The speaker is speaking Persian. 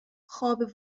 خواب